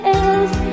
else